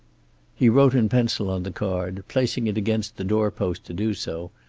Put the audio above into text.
he wrote in pencil on the card, placing it against the door post to do so,